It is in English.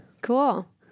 Cool